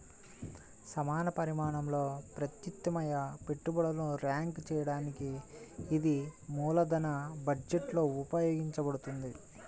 సమాన పరిమాణంలో ప్రత్యామ్నాయ పెట్టుబడులను ర్యాంక్ చేయడానికి ఇది మూలధన బడ్జెట్లో ఉపయోగించబడుతుంది